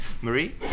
Marie